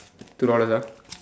two dollars ah